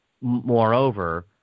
moreover